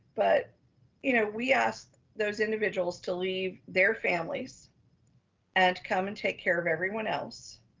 but you know we asked those individuals to leave their families and come and take care of everyone else.